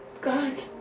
God